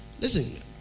Listen